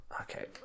Okay